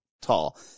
tall